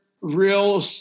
real